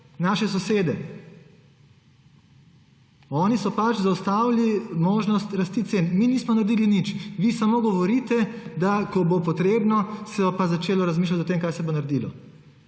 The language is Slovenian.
naše sosede, oni so pač zaustavili možnost rasti cen. Mi nismo naredili nič. Vi samo govorite, da ko bo potrebno, se bo pa začelo razmišljati o tem, kaj se bo naredilo.